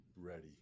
ready